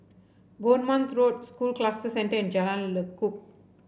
Bournemouth Road School Cluster Centre and Jalan Lekub